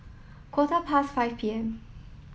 quarter past five P M